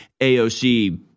AOC